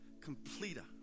completer